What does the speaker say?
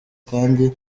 kandi